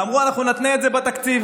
ואמרו: אנחנו נתנה את זה בתקציב.